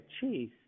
cheese